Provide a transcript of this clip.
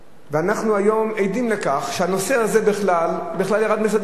ואנחנו היום עדים לכך שהנושא הזה בכלל ירד מסדר-היום,